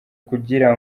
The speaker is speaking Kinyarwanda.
kugira